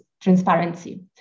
transparency